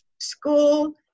school